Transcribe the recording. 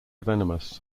venomous